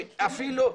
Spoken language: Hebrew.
בסדר,